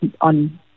on